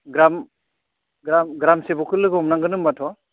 ग्राम ग्राम सेब'कखौ लोगो हमनांगोन होनबाथ'